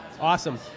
awesome